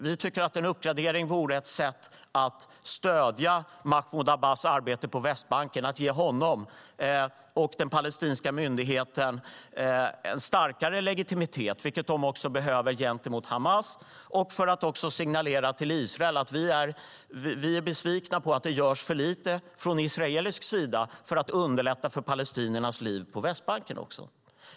Vi tycker att en uppgradering vore ett sätt att stödja Mahmoud Abbas arbete på Västbanken. Det skulle ge honom och den palestinska myndigheten en starkare legitimitet, vilket de behöver gentemot Hamas samt för att signalera till Israel att vi är besvikna över att det görs för lite från israelisk sida för att underlätta palestiniernas liv på Västbanken.